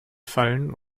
fallen